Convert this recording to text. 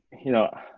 you know,